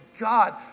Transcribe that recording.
God